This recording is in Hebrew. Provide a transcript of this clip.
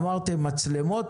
אמרתם מצלמות,